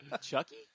Chucky